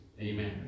Amen